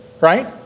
right